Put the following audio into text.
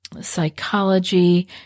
psychology